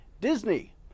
Disney